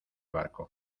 barco